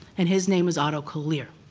and his name was otto kallir.